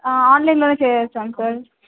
ఆన్లైన్లోనే చేసేస్తాము సార్